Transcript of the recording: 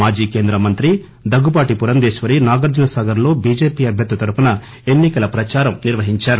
మాజీ కేంద్ర మంత్రి దగ్గుబాటి పురంధేశ్వరి నాగార్జునసాగర్ లో బిజెపి అభ్యర్ది తరపున ఎన్ని కల ప్రచారం నిర్వహించారు